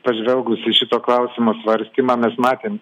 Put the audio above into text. pažvelgus į šito klausimo svarstymą mes matėm